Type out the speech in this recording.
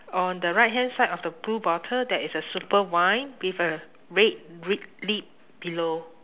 on the right hand side of the blue bottle there is a super wine with a red gri~ lid below